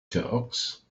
talks